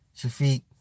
Shafiq